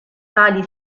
pali